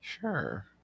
Sure